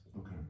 Okay